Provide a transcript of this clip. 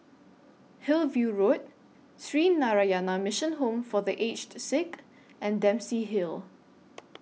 Hillview Road Sree Narayana Mission Home For The Aged Sick and Dempsey Hill